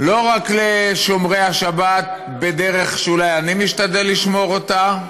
לא רק לשומרי השבת בדרך שאולי אני משתדל לשמור אותה,